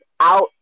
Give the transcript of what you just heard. out